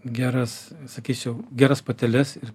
geras sakysiu geras pateles ir